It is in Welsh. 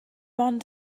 ond